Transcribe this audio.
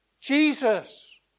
Jesus